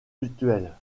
mutuel